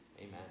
Amen